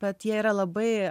bet jie yra labai